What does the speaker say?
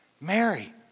Mary